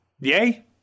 yay